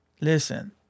listen